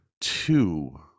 two